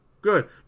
Good